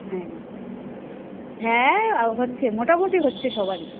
হ্যাঁ হ্যাঁ হ্যাঁ হচ্ছে মোটামুটি হচ্ছে সবারই